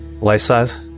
Life-size